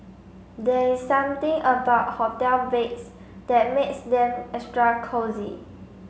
there's something about hotel beds that makes them extra cosy